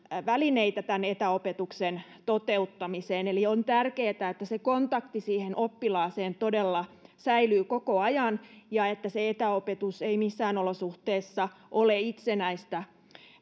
välineitä tämän etäopetuksen toteuttamiseen eli on tärkeää että se kontakti siihen oppilaaseen todella säilyy koko ajan ja että se etäopetus ei missään olosuhteissa ole itsenäistä